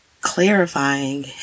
clarifying